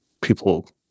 people